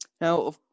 Now